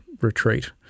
retreat